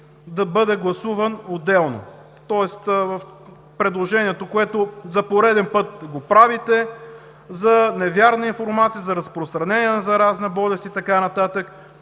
да бъде гласуван отделно, тоест предложението, което за пореден път правите – за невярна информация, за разпространение на заразна болест и така нататък.